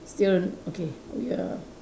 still okay we are